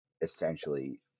essentially